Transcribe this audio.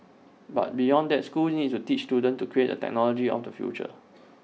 but beyond that schools need to teach students to create the technology of the future